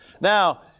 Now